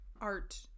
art